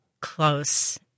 close